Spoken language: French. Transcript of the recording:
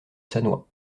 sannois